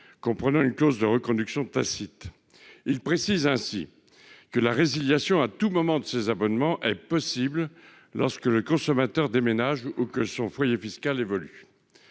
comprenant une clause de reconduction tacite. Il vise ainsi à préciser que la résiliation à tout moment de ces abonnements est possible lorsque le consommateur déménage ou que son foyer fiscal évolue.